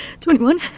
twenty-one